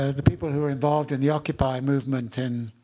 ah the people who are involved in the occupy movement in